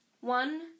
One